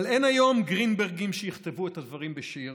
אבל אין היום גרינברגים שיכתבו את הדברים בשיר